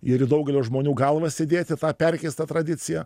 ir į daugelio žmonių galvas įdėti tą perkeistą tradiciją